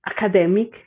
academic